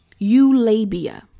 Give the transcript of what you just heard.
eulabia